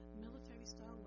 military-style